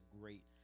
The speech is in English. great